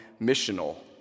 missional